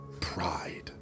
pride